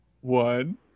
One